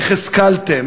איך השכלתם,